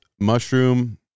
mushroom